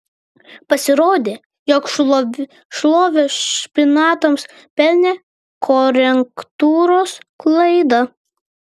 pasirodė jog šlovę špinatams pelnė korektūros klaida